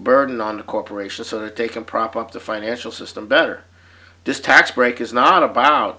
burden on the corporations so they're taken prop up the financial system better distracts break is not about